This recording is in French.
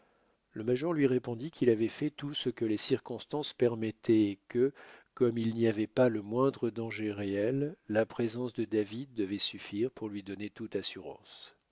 le major lui répondit qu'il avait fait tout ce que les circonstances permettaient et que comme il n'y avait pas le moindre danger réel la présence de david devait suffire pour lui donner toute assurance